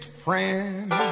friend